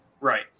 right